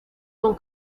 con